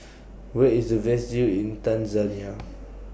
Where IS The Best View in Tanzania